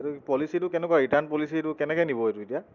এইটো পলিচিটো কেনেকুৱা ৰিটাৰ্ণ পলিচিটো কেনেকৈ নিব এইটো এতিয়া